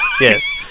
Yes